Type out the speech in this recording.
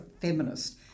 feminist